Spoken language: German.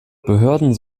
behörden